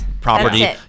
property